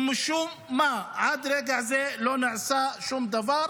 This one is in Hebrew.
ומשום מה עד רגע זה לא נעשה שום דבר,